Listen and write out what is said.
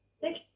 thank